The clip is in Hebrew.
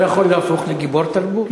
הוא לא יכול להפוך לגיבור תרבות?